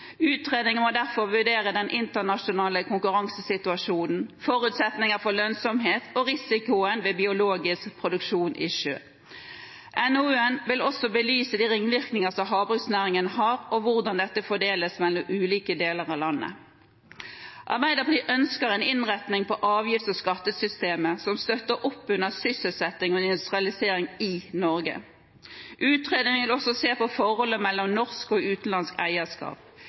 Utredningen må derfor vurdere den internasjonale konkurransesituasjonen, forutsetninger for lønnsomhet og risikoen ved biologisk produksjon i sjø. NOU-en vil også belyse de ringvirkningene som havbruksnæringen har, og hvordan dette fordeles mellom ulike deler av landet. Arbeiderpartiet ønsker en innretning på avgifts- og skattesystemet som støtter opp under sysselsetting og industrialisering i Norge. Utredningen vil også se på forholdet mellom norsk og utenlandsk eierskap.